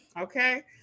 Okay